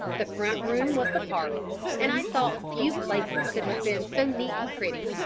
the front room was the parlour, and i thought few places could have been so neat and pretty.